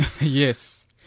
yes